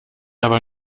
aber